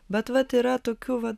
bet vat yra tokių va